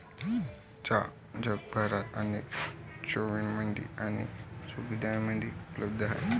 चहा जगभरात अनेक चवींमध्ये आणि सुगंधांमध्ये उपलब्ध आहे